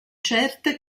certe